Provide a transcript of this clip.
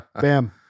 Bam